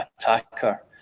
attacker